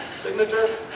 signature